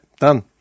done